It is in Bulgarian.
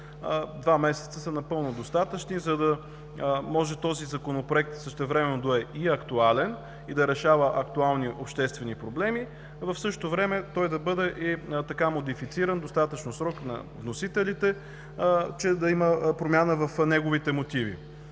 Два месеца са напълно достатъчни, за да може този законопроект същевременно и да е актуален, и да решава актуални обществени проблеми, а в същото време да бъде модифициран. Даден е достатъчен срок на вносителите, за да има промяна в неговите мотиви.